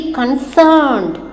concerned